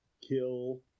kill